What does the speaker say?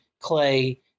Clay